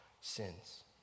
sins